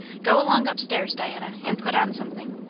go along up-stairs, diana, and put on something.